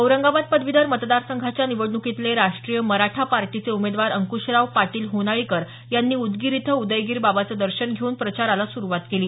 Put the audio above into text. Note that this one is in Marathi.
औरंगाबाद पदवीधर मतदारसंघाच्या निवडणुकीतले राष्ट्रीय मराठा पार्टीचे उमेदवार अंकुशराव पाटील होनाळीकर यांनी उदगीर इथं उदयगीर बाबाचं दर्शन घेऊन प्रचाराला सुरुवात केली